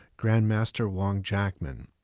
grandmaster wong jackman.